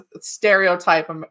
stereotype